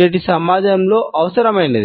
నేటి సమాజంలో అవసరమైంది